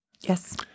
Yes